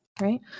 Right